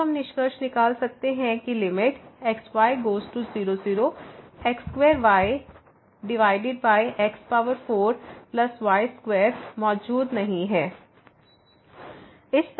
तो अब हम निष्कर्ष निकाल सकते है कि के limit x y goes to 0 0 x2 y x4 y2 मौजूद नहीं है